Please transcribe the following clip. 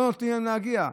לא נותנים להם להגיע,